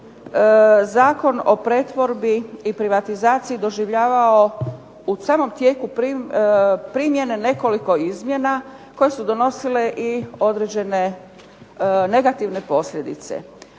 Zakon o pretvorbi i privatizaciji doživljavao u samom tijeku primjene nekoliko izmjena koje su donosile i određene negativne posljedice.